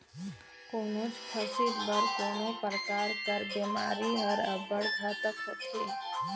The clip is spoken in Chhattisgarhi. कोनोच फसिल बर कोनो परकार कर बेमारी हर अब्बड़ घातक होथे